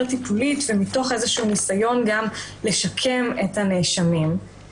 טיפולית ומתוך ניסיון גם לשקם את הנאשמים.